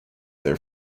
their